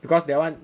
because that one